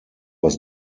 was